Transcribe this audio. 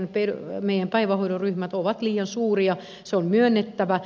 meidän päivähoidon ryhmämme ovat liian suuria se on myönnettävä